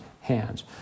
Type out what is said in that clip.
hands